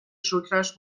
شکرش